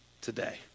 today